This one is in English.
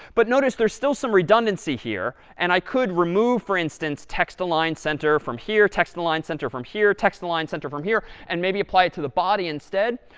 but notice there's still some redundancy here, and i could remove, for instance, text-align center from here, text-align center from here, text-align center from here, and maybe apply it to the body instead.